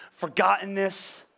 forgottenness